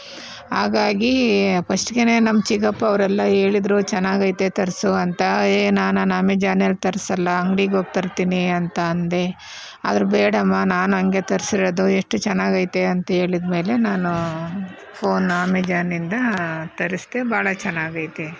ಹಾಗಾಗಿ ಫಸ್ಟ್ಗೆನೇ ನಮ್ಮ ಚಿಕಪ್ಪ ಅವರೆಲ್ಲ ಹೇಳಿದ್ರು ಚೆನ್ನಾಗೈತೆ ತರಿಸು ಅಂತ ಏ ನಾನಾ ನಾನು ಅಮೆಜಾನ್ನಲ್ಲಿ ತರಿಸಲ್ಲ ಅಂಗಡಿಗೆ ಹೋಗಿ ತರ್ತೀನಿ ಅಂತ ಅಂದೆ ಆದರೆ ಬೇಡಮ್ಮ ನಾನು ಹಾಗೆ ತರ್ಸಿರೋದು ಎಷ್ಟು ಚೆನ್ನಾಗೈತೆ ಅಂತ ಹೇಳಿದ್ಮೇಲೆ ನಾನು ಫೋನ್ ಅಮೆಜಾನ್ಯಿಂದ ತರಿಸ್ದೆ ಭಾಳ ಚೆನ್ನಾಗೈತೆ